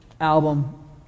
album